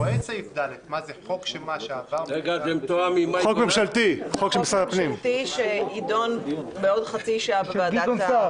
זה חוק ממשלתי, שיידון בעוד חצי שעה בוועדה.